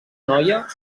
noia